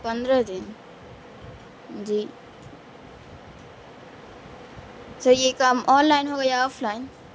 پندرہ دن جی سر یہ کام آن لائن ہو گیا یا آف لائن